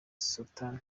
sultan